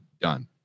done